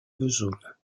vesoul